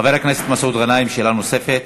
חבר הכנסת מסעוד גנאים, שאלה נוספת.